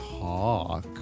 talk